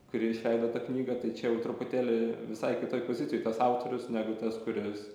kuri išleido tą knygą tai čia jau truputėlį visai kitoj pozicijoj tas autorius negu tas kuris